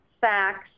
facts